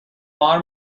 مار